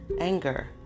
anger